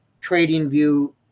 TradingView